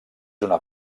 una